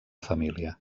família